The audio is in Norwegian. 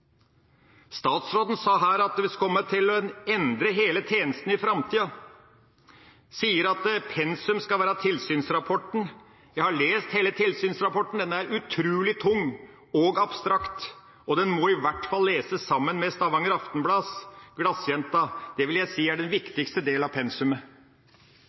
Statsråden sa her at en kommer til å endre hele tjenesten i framtida, hun sier at tilsynsrapporten skal være pensum. Jeg har lest hele tilsynsrapporten. Den er utrolig tung og abstrakt, og den må i hvert fall leses sammen med Stavanger Aftenblads «Glassjenta». Det vil jeg si er den viktigste delen av pensumet.